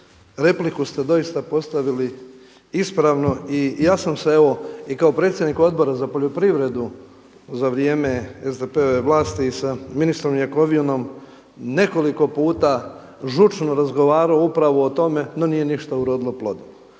repliku ste doista postavili ispravno i ja sam se evo i kao predsjednik Odbora za poljoprivredu za vrijeme SDP-ove vlasti i sa ministrom Jakovinom nekoliko puta žučno razgovarao upravo o tome, no nije ništa urodilo plodom.